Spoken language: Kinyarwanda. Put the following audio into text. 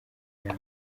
nama